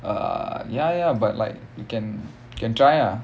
ah ya ya but like you can can try ah